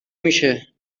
میشه